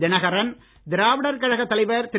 தினகரன் திராவிடர் கழகத் தலைவர் திரு